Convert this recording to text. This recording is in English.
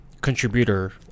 contributor